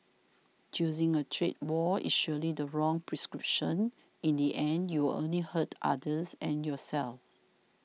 choosing a trade war is surely the wrong prescription in the end you will only hurt others and yourself